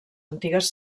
antigues